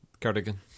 Cardigan